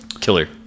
Killer